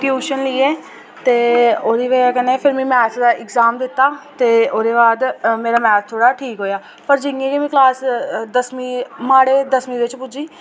tuition लेइयै ते ओह्दी बजह् कन्नै फिर में मैथ दा एग्जाम दित्ता ते ओह्दे बाद मेरा मैथ थोह्ड़ा ठीक होया पर जि'यां में क्लॉस दसमीं माड़े दसमीं बिच पुज्जी